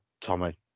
Tommy